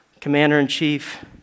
commander-in-chief